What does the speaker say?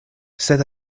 sed